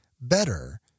better